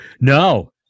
No